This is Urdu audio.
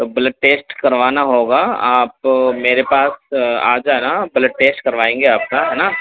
تو بلڈ ٹیسٹ کروانا ہوگا آپ میرے پاس آ جانا بلڈ ٹیسٹ کروائیں گے آپ کا ہے نا